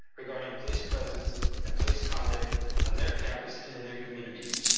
regarding police presence and police conduct on their campus and in their communities.